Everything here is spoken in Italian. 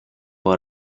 può